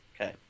okay